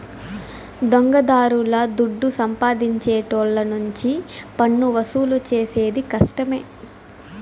దొంగదారుల దుడ్డు సంపాదించేటోళ్ళ నుంచి పన్నువసూలు చేసేది కష్టమే